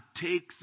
take